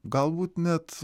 galbūt net